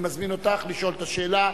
אני מזמין אותך לשאול את השאלה,